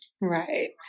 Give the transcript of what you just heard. Right